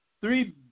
three